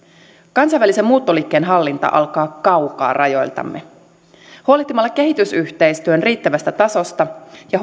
kansainvälisen muuttoliikkeen hallinta alkaa kaukaa rajoiltamme huolehtimalla kehitysyhteistyön riittävästä tasosta ja